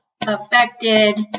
affected